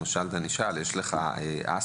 כמו למשל אם יש או הייתה לו אסתמה,